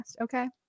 Okay